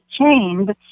chained